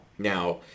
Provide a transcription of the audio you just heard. Now